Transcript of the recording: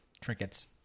trinkets